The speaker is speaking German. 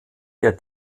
der